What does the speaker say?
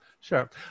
Sure